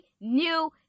new